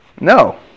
No